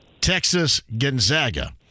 Texas-Gonzaga